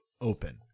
open